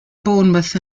bournemouth